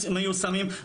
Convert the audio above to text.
מיושמים.